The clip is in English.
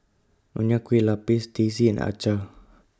Nonya Kueh Lapis Teh C and Acar